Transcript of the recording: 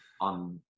on